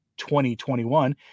2021